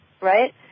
right